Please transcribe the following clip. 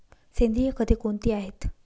सेंद्रिय खते कोणती आहेत?